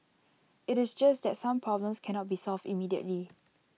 IT is just that some problems cannot be solved immediately